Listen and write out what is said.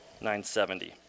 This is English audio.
970